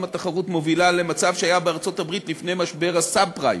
אם התחרות מובילה למצב שהיה בארצות-הברית לפני משבר הסאב-פריים,